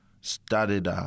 started